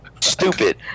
stupid